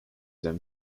them